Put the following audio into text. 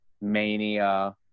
mania